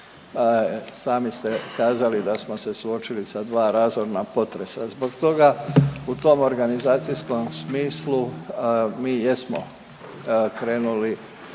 Sami ste kazali da smo se suočili sa dva razorna potresa. Zbog toga u tom organizacijskom smislu mi jesmo krenuli